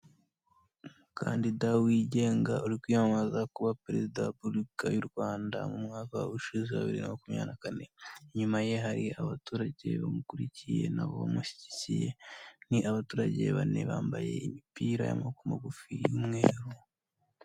Umukandida wigenga uri kwiyamamaza kuba perezida wa repubulika y'u Rwanda mu mwaka ushize wa bibiri na makumyabiri kane. Inyuma ye hari abaturage bamukurikiye n'abo bamushyigikiye, ni abaturage bane bambaye imipira y'amaboko magufi y'umweru.